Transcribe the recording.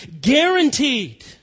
guaranteed